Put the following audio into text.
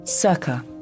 Circa